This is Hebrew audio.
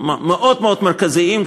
מאוד מאוד מרכזיים,